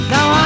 Now